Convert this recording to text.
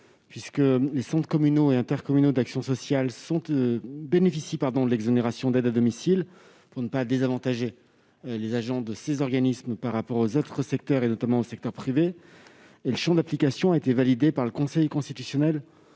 Les centres communaux et intercommunaux d'action sociale bénéficient de l'exonération d'aide à domicile pour ne pas désavantager les agents de ces organismes par rapport aux autres secteurs, notamment au secteur privé. Le champ d'application a été validé par le Conseil constitutionnel